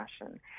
fashion